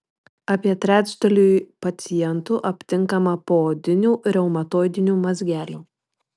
apie trečdaliui pacientų aptinkama poodinių reumatoidinių mazgelių